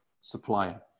supplier